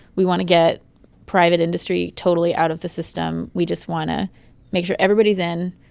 we want to get private industry totally out of the system. we just want to make sure everybody's in,